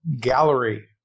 gallery